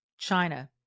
China